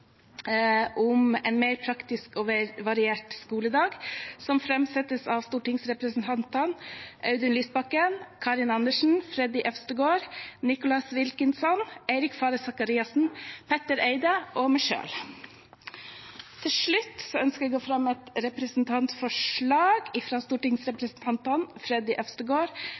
om en mer praktisk og variert skoledag, som framsettes av stortingsrepresentantene Audun Lysbakken, Karin Andersen, Freddy André Øvstegård, Nicholas Wilkinson, Eirik Faret Sakariassen, Petter Eide og meg selv. Til slutt ønsker jeg å fremme et representantforslag fra stortingsrepresentantene Freddy André Øvstegård,